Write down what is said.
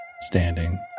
standing